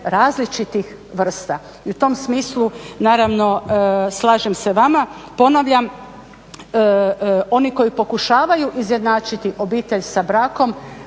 različitih vrsta i u tom smislu naravno slažem se s vama. Ponavljam, oni koji pokušavaju izjednačiti obitelj sa brakom